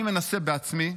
אני מנסה בעצמי,